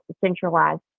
centralized